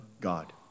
God